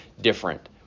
different